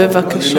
בבקשה.